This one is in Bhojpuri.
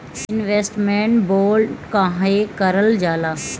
इन्वेस्टमेंट बोंड काहे कारल जाला?